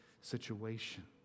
situation